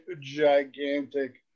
gigantic